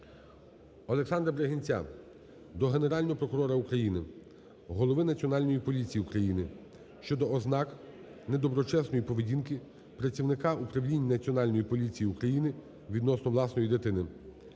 Олександра Бригинця до Генерального прокурора України, голови Національної поліції України щодо ознак недоброчесної поведінки працівника управління Національної поліції України відносно власної дитини.